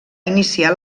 iniciar